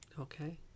okay